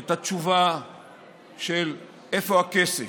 את התשובה על השאלה: איפה הכסף?